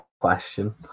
question